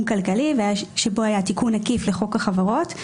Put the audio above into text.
כלכלי שבו היה תיקון עקיף לחוק החברות,